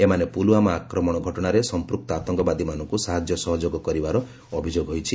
ଏମାନେ ପୁଲୁୱାମା ଆକ୍ରମଣ ଘଟଣାରେ ସମ୍ପୃକ୍ତ ଆତଙ୍କବାଦୀମାନଙ୍କୁ ସାହାଯ୍ୟ ସହଯୋଗ କରିବାର ଅଭିଯୋଗ ହୋଇଛି